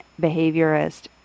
behaviorist